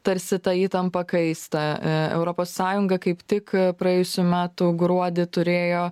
tarsi ta įtampa kaista e europos sąjunga kaip tik praėjusių metų gruodį turėjo